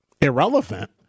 irrelevant